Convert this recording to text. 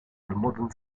modern